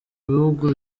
bihugu